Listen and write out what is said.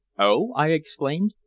oh! i exclaimed.